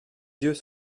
yeux